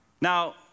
Now